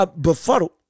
Befuddled